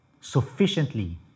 sufficiently